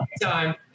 time